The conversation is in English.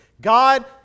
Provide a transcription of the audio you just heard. God